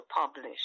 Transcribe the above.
publish